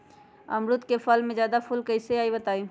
अमरुद क फल म जादा फूल कईसे आई बताई?